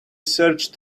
search